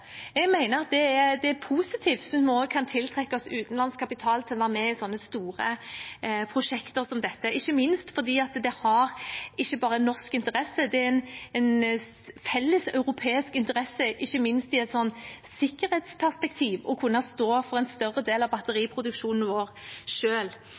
Jeg mener at det er positivt om vi også kan tiltrekke oss utenlandsk kapital til å være med i store prosjekter som dette, ikke minst fordi det ikke bare har norsk interesse. Det er en felles europeisk interesse, ikke minst i et sikkerhetsperspektiv, å kunne stå for en større del av